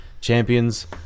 Champions